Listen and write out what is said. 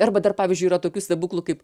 arba dar pavyzdžiui yra tokių stebuklų kaip